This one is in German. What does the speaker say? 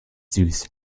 süß